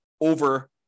over